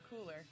cooler